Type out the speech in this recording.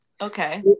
Okay